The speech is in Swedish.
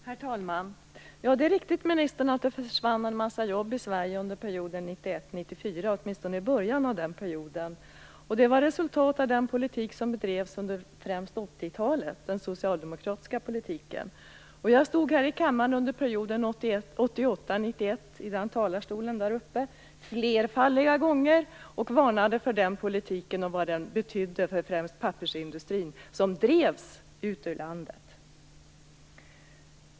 Herr talman! Det är riktigt, ministern, att det försvann en massa jobb i Sverige under perioden 1991 1994, åtminstone i början av den perioden. Det var ett resultat av den politik som bedrevs under främst 1980-talet, dvs. den socialdemokratiska politiken. Jag stod här i kammarens talarstol flera gånger under perioden 1988-1991 och varnade för den politiken och vad den betydde för främst pappersindustrin som drevs ut ur landet.